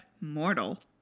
mortal